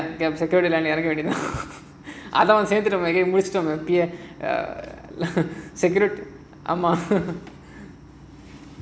இறங்க வேண்டியதுதான் அதையும் சேர்த்துட்டோமே:iranga vendiyaathuthaan adhaiyum serthuttomae